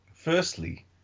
Firstly